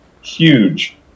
Huge